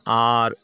ᱟᱨ